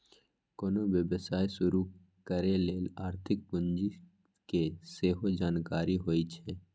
कोनो व्यवसाय शुरू करे लेल आर्थिक पूजी के सेहो जरूरी होइ छै